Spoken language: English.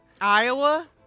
Iowa